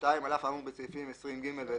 (2) על אף האמור בסעיפים 20ג ו-20ה,